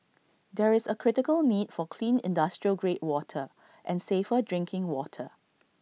there is A critical need for clean industrial grade water and safer drinking water